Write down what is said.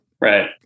Right